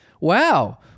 Wow